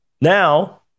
Now